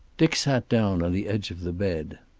dick sat down on the edge of the bed.